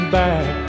back